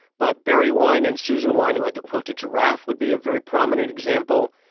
but barry wine and susan wine, who had the quilted giraffe, would be a very prominent example.